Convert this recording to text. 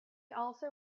also